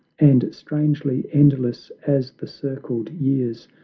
and strangely endless as the circled years,